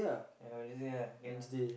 ya Wednesday ah can ah